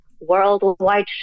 worldwide